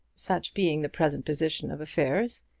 such being the present position of affairs,